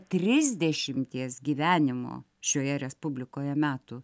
trisdešimties gyvenimo šioje respublikoje metų